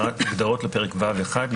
הגדרות לפרק ו'1,